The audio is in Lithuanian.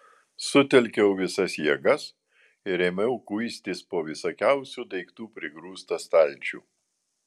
sutelkiau visas jėgas ir ėmiau kuistis po visokiausių daiktų prigrūstą stalčių